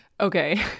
Okay